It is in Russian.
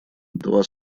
два